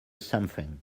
something